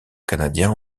canadien